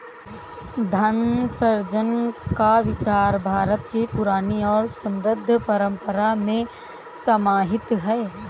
धन सृजन का विचार भारत की पुरानी और समृद्ध परम्परा में समाहित है